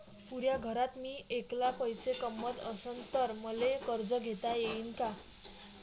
पुऱ्या घरात मी ऐकला पैसे कमवत असन तर मले कर्ज घेता येईन का?